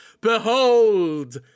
Behold